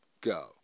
Go